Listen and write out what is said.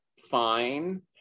Fine